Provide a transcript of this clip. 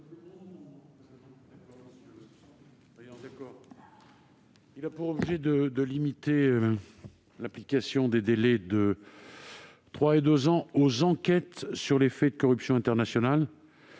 a pour objet de limiter l'application des délais de trois et deux ans aux enquêtes sur les faits de corruption internationale